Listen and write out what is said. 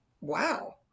wow